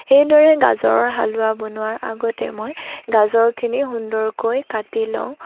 সেইদৰে গাজৰৰ হালোৱা বনোৱাৰ আগতে মই গাজৰখিনি সুন্দৰকৈ কাটি লওঁ